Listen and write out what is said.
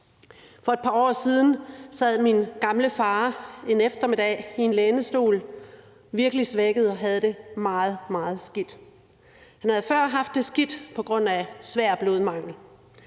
For et par år siden sad min gamle far en eftermiddag i en lænestol virkelig svækket og havde det meget, meget skidt. Han havde før haft det skidt på grund af svær blodmangel,